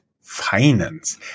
finance